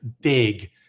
dig